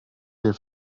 der